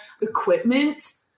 equipment